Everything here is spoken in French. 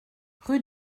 rue